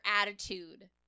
attitude